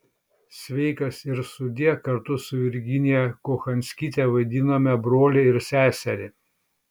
sveikas ir sudie kartu su virginiją kochanskyte vaidinome brolį ir seserį